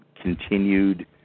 continued